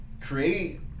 create